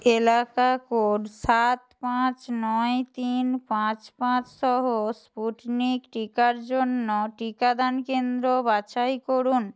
এলাকা কোড সাত পাঁচ নয় তিন পাঁচ পাঁচ সহ স্পুটনিক টিকার জন্য টিকাদান কেন্দ্র বাছাই করুন